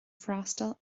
freastal